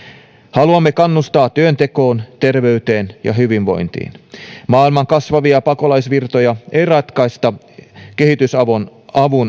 haluamme kannustaa työntekoon terveyteen ja hyvinvointiin maailman kasvavia pakolaisvirtoja ei ratkaista kehitysavun